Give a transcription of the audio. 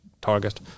target